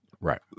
Right